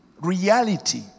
reality